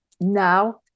now